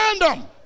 random